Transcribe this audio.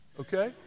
okay